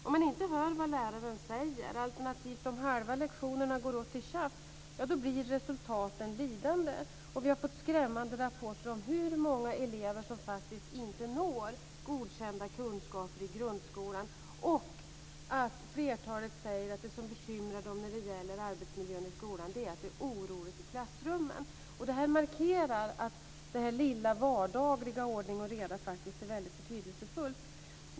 Om man inte hör vad läraren säger, alternativt om halva lektionerna går åt till tjafs, ja då blir resultaten lidande, och vi har fått skrämmande rapporter om hur många elever som faktiskt inte når godkända kunskaper i grundskolan och att flertalet säger att det som bekymrar dem när det gäller arbetsmiljön i skolan är att det är oroligt i klassrummen. Det här markerar att det här lilla vardagliga ordning och reda faktiskt är väldigt betydelsefullt.